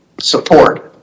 support